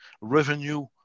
revenue